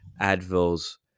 advil's